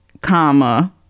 comma